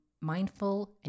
mindful